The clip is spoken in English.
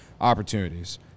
opportunities